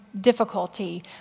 difficulty